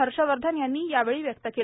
हर्षवर्धन यांनी यावेळी व्यक्त केलं